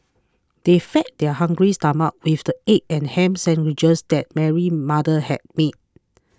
they fed their hungry stomachs with the egg and ham sandwiches that Mary's mother had made